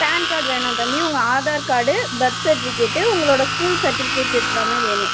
pan card வேணாம் தம்பி உங்கள் ஆதார் கார்டு பர்த் சர்ட்விகேட்டு உங்களோட ஸ்கூல் சர்ட்டிவிகேட் இதெல்லாமே வேணும்